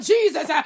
Jesus